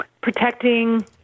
protecting